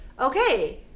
okay